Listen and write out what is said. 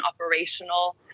operational